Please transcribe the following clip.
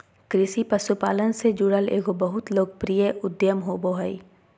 कृषि पशुपालन से जुड़ल एगो बहुत लोकप्रिय उद्यम होबो हइ